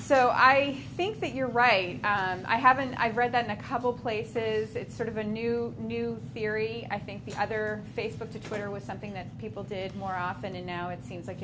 so i think that you're right i haven't i've read that in a couple places it's sort of a new new theory i think the other facebook to twitter was something that people did more often and now it seems like